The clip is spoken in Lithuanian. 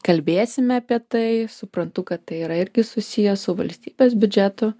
kalbėsime apie tai suprantu kad tai yra irgi susiję su valstybės biudžetu